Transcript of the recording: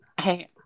Hey